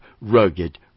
rugged